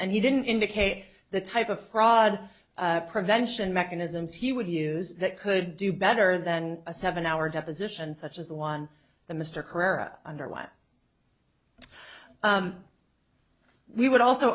and he didn't indicate the type of fraud prevention mechanisms he would use that could do better than a seven hour deposition such as the one the mr career underway we would also